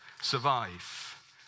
survive